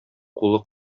кулы